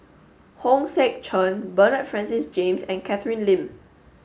Hong Sek Chern Bernard Francis James and Catherine Lim